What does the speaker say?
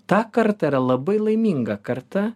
ta karta yra labai laiminga karta